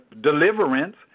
deliverance